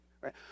right